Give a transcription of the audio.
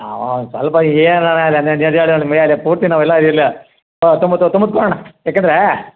ಹಾಂ ಸ್ವಲ್ಪ ಈಗ ಏನಣ್ಣ ಪೂರ್ತಿ ನಾವೆಲ್ಲ ಇಲ್ಲ ತೊಂಬತ್ತು ತೊಂಬತ್ತು ಕೊಡಣ್ಣ ಯಾಕೆಂದರೆ